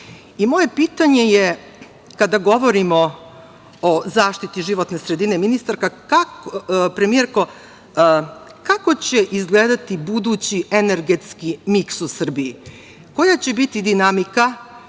vode. Moje pitanje je, kada govorimo o zaštiti životne sredine, premijerko, kako će izgledati budući energetski miks u Srbiji? Koja će biti dinamika